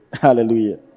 Hallelujah